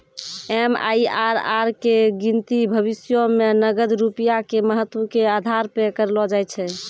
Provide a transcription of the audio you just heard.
MIRR के गिनती भविष्यो मे नगद रूपया के महत्व के आधार पे करलो जाय छै